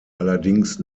allerdings